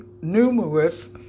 numerous